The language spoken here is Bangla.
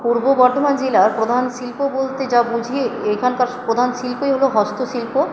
পূর্ব বর্ধমান জেলার প্রধান শিল্প বলতে যা বুঝি এখানকার প্রধান শিল্পই হল হস্তশিল্প